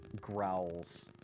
growls